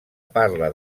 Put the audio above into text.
parla